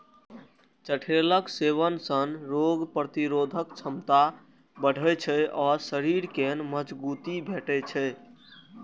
चठैलक सेवन सं रोग प्रतिरोधक क्षमता बढ़ै छै आ शरीर कें मजगूती भेटै छै